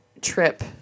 trip